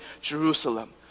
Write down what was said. Jerusalem